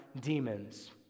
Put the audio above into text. demons